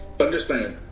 understand